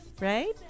right